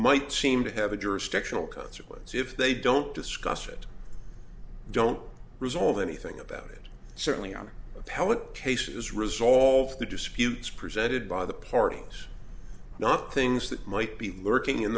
might seem to have a jurisdictional consequence if they don't discuss it don't resolve anything about it certainly on appellate cases resolve the disputes presented by the parties not things that might be lurking in